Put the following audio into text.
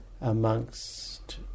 amongst